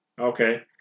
Okay